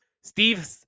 Steve